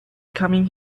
coming